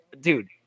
dude